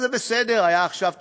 אז זה בסדר, היו עכשיו תוספות,